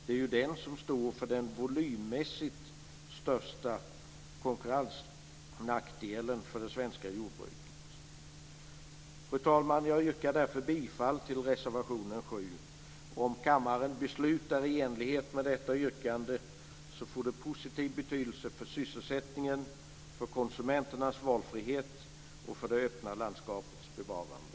Det är ju den som står för den volymmässigt största konkurrensnackdelen för det svenska jordbruket. Fru talman! Jag yrkar därför bifall till reservation 7. Om kammaren beslutar i enlighet med detta yrkande får det positiv betydelse för sysselsättningen, för konsumenternas valfrihet och för det öppna landskapets bevarande.